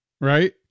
Right